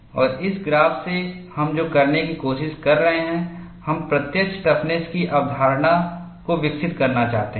और इस ग्राफ से हम जो करने की कोशिश कर रहे हैं हम प्रत्यक्ष टफनेस की अवधारणा को विकसित करना चाहते हैं